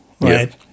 right